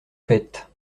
faites